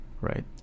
right